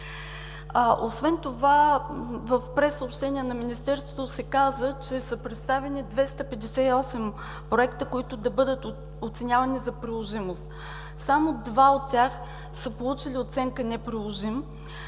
Освен това в прессъобщение на Министерството се каза, че са представени 258 проекта, които да бъдат оценявани за приложимост. Само два от тях са получили оценка „неприложим“,